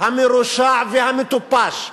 המרושע והמטופש,